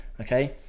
okay